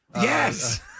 Yes